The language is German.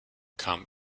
kam